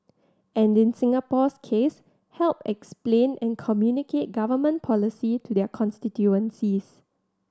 and in Singapore's case help explain and communicate Government policy to their constituencies